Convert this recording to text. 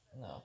No